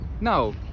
No